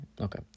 Okay